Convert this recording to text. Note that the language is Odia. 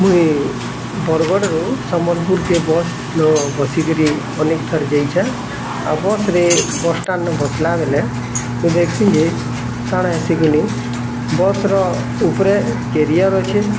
ମୁଇଁ ବରଗଡ଼ରୁ ସମ୍ବଲପୁର କେ ବସ୍ ନୁ ବସି କିରି ଅନେକ ଥର ଯାଏଛେଁ ଆଉ ବସ୍ରେ ବସ୍ ଷ୍ଟାଣ୍ଡରୁ ବସ୍ଲା ବେଲେ ମୁଇଁ ଦେଖ୍ସି ଯେ କାଣା ହେସି କିନି ବସ୍ର ଉପରେ କେରିଅର ଅଛେ